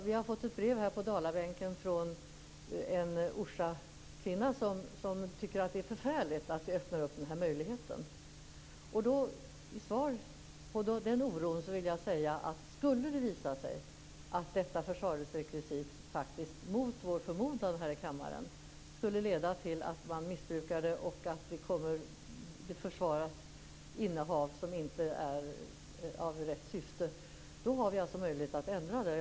Vi på Dalabänken har fått ett brev från en Orsakvinna som tycker att det är förfärligt att vi öppnar för den här möjligheten. Som ett svar med anledning av den oron vill jag säga följande: Skulle det visa sig att detta försvarlighetskrekvisitet faktiskt, mot kammarens förmodan, skulle leda till missbruk och till att innehav försvaras som inte har rätta syftet, har vi möjlighet att ändra detta.